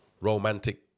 romantic